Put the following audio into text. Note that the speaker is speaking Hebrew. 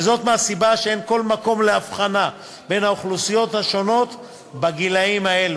וזאת מהסיבה שאין כל מקום להבחנה בין האוכלוסיות השונות בגילים האלו.